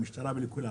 למשטרה ולכולם.